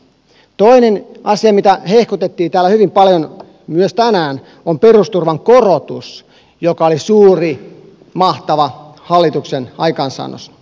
toinen asia mitä hehkutettiin täällä hyvin paljon myös tänään on perusturvan korotus joka oli suuri mahtava hallituksen aikaansaannos